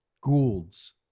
Goulds